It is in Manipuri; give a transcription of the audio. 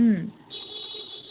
ꯎꯝ